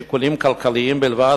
משיקולים כלכליים בלבד,